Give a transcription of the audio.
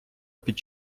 під